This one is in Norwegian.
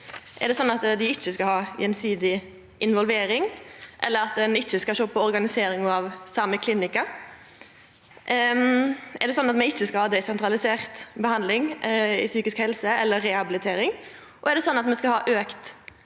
Er det sånn at dei ikkje skal ha gjensidig involvering, eller at ein ikkje skal sjå på organiseringa av Sámi klinihkka? Er det sånn at me ikkje skal ha desentralisert behandling innan psykisk helse eller rehabilitering? Og er det sånn at me skal ha auka